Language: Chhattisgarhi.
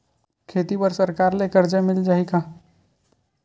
खेती बर सरकार ले मिल कर्जा मिल जाहि का?